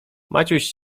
maciuś